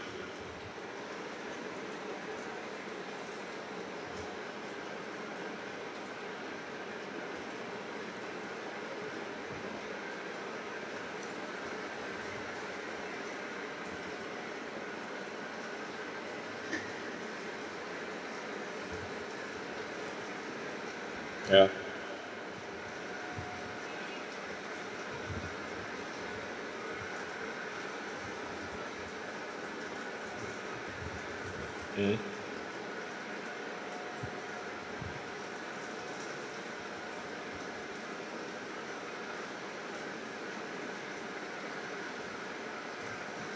ya mm